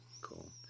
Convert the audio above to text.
cool